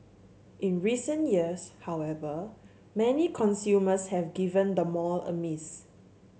in recent years however many consumers have given the mall a miss